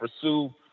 pursue